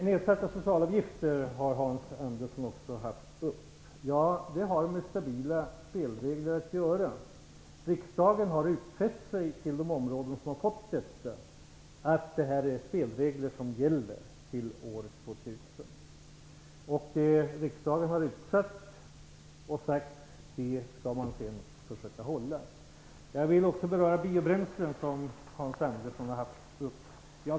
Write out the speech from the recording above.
Nedsatta socialavgifter har Hans Andersson också tagit upp. Det har med stabila spelregler att göra. Riksdagen har utfäst sig att låta spelreglerna gälla till år 2000. Det riksdagen har sagt skall man försöka hålla. Jag vill också beröra frågan om biobränslen som Hans Andersson hade uppe.